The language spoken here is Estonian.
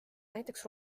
näiteks